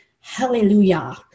hallelujah